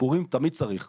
תמיד יש מה לשפר במה שיש,